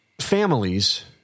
families